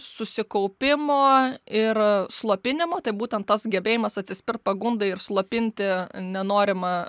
susikaupimo ir slopinimo tai būtent tas gebėjimas atsispirt pagundai ir slopinti nenorimą